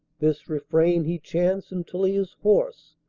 this refrain he chants until he is hoarse,